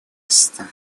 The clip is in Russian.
роста